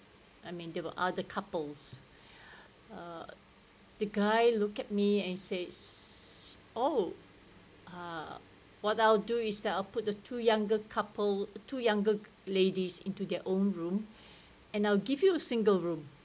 I mean there were other couples uh the guy looked at me and says oh ah what I'll do is that I'll put the two younger couple two younger ladies into their own room and I'll give you a single room